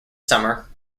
summer